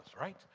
right